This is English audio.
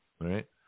right